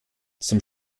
zum